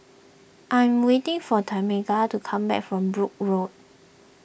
I'm waiting for Tameka to come back from Brooke Road